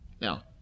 now